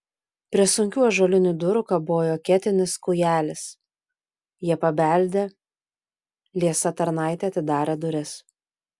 prie sunkių ąžuolinių durų kabojo ketinis kūjelis jie pabeldė liesa tarnaitė atidarė duris